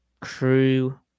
crew